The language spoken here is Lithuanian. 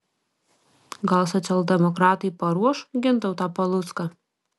gal socialdemokratai paruoš gintautą palucką